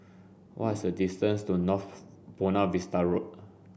what is the distance to North Buona Vista Road